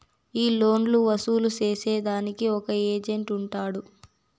ఈ లోన్లు వసూలు సేసేదానికి ఒక ఏజెంట్ ఉంటాడు